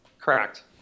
Correct